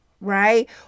right